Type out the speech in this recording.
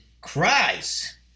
cries